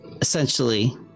Essentially